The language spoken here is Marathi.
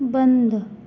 बंद